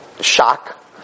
shock